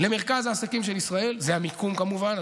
למרכז העסקים של ישראל זה המיקום כמובן,